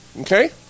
Okay